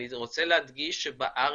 אני רוצה להדגיש שבארץ,